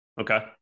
okay